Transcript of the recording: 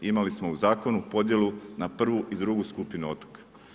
Imali smo u zakonu podjelu na prvu i drugu skupinu otoka.